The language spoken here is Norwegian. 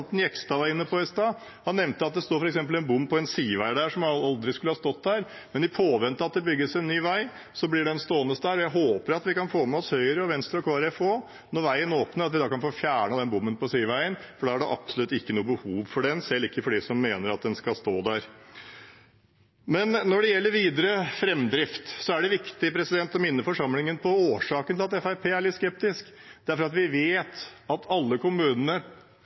Jegstad var inne på i stad. Han nevnte at det f.eks. står en bom på en sidevei som aldri skulle stått der, men at den blir stående der i påvente av at det bygges en ny vei. Jeg håper at vi også kan få med oss Høyre, Venstre og Kristelig Folkeparti når veien åpner, og at vi da kan få fjernet den bommen på sideveien, for da er det absolutt ikke noe behov for den, selv ikke for dem som mener at den skal stå der. Når det gjelder videre framdrift, er det viktig å minne forsamlingen på årsaken til at Fremskrittspartiet er litt skeptisk. Det er fordi vi vet at alle kommunene